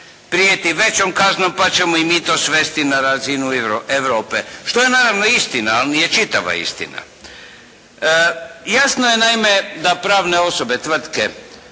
prijeti većom kaznom pa ćemo i mi to svesti na razinu Europe. Što je naravno istina, ali nije čitava istina. Jasno je naime da pravne osobe, tvrtke,